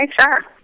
sure